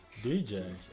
DJ